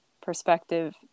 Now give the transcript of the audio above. perspective